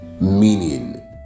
meaning